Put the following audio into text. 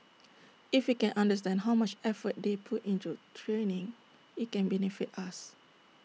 if we can understand how much effort they put into training IT can benefit us